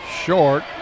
short